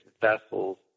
vessels